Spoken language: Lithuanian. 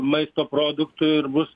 maisto produktų ir bus